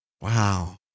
Wow